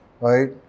right